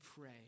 pray